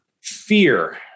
fear